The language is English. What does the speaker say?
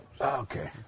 Okay